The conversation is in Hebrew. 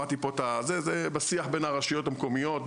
זה בשיח בין הרשויות המקומיות,